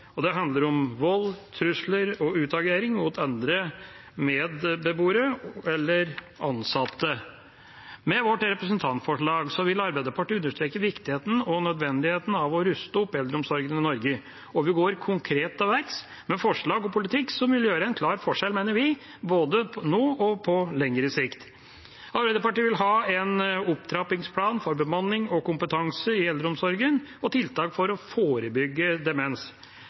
handler om vold, trusler og utagering mot andre medbeboere eller ansatte. Med vårt representantforslag vil vi i Arbeiderpartiet understreke viktigheten og nødvendigheten av å ruste opp eldreomsorgen i Norge, og vi går konkret til verks med forslag og politikk som vil utgjøre en klar forskjell, mener vi, både nå og på lengre sikt. Arbeiderpartiet vil ha en opptrappingsplan for bemanning og kompetanse i eldreomsorgen og tiltak for å forebygge demens.